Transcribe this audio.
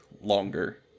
longer